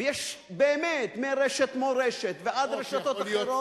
ויש באמת מרשת "מורשת" ועד רשתות אחרות,